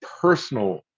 personal